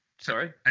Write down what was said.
Sorry